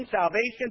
salvation